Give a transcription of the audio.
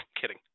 kidding